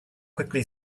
quickly